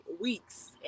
weeks